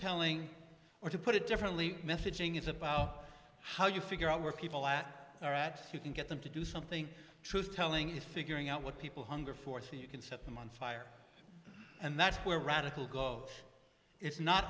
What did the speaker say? telling or to put it differently messaging is about how you figure out where people at you can get them to do something truthtelling is figuring out what people hunger for so you can set them on fire and that's where radical go it's not